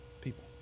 people